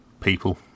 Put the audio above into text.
people